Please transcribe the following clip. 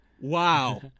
Wow